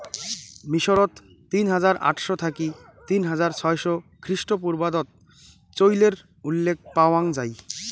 মিশরত তিন হাজার আটশ থাকি তিন হাজার ছয়শ খ্রিস্টপূর্বাব্দত চইলের উল্লেখ পাওয়াং যাই